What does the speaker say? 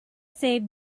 save